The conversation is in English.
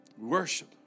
Worship